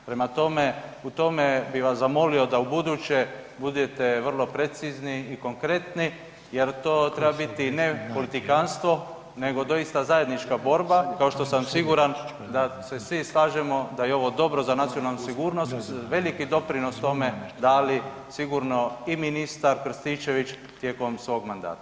Prema tome, u tome bi vas zamolio da u buduće budete vrlo precizni i konkretni jer to treba biti ne politikantstvo nego doista zajednička borba kao što sam siguran da se svi slažemo da i ovo dobro za nacionalnu sigurnost veliki doprinos tome dali sigurno i ministar Krstičević tijekom svog mandata.